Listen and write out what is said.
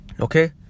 Okay